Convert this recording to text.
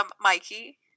mikey